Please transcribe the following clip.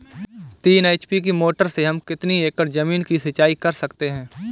तीन एच.पी की मोटर से हम कितनी एकड़ ज़मीन की सिंचाई कर सकते हैं?